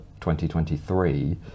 2023